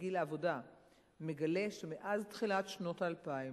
בגיל העבודה מגלה שמאז תחילת שנות האלפיים